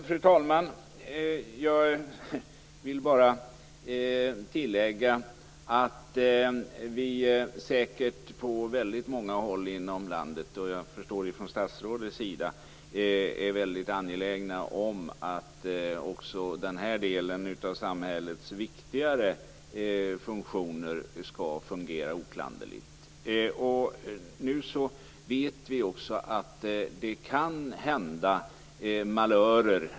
Fru talman! Jag vill bara tillägga att vi säkert på många håll i landet - och från statsrådets sida också förstår jag - är väldigt angelägna om att också den här delen av samhällets viktigare funktioner skall fungera oklanderligt. Nu vet vi också att det kan inträffa malörer.